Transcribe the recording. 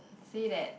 say that